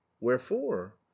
wherefore